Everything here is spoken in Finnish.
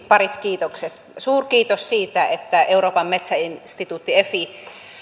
parit kiitokset suurkiitos siitä että euroopan metsäinstituutti efin